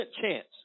chance